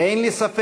אין לי ספק